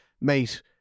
mate